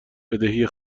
بدهی